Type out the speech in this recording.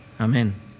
amen